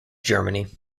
germany